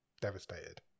devastated